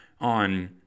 on